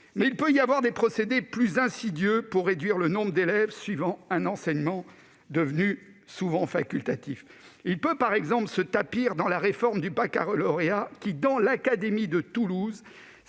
Mais il peut y avoir des procédés plus insidieux pour réduire le nombre d'élèves suivant un enseignement devenu souvent facultatif. Il peut, par exemple, se tapir dans la réforme du baccalauréat, qui, dans l'académie de Toulouse,